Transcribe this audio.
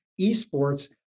esports